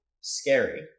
scary